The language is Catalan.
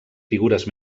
figures